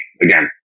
again